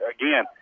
again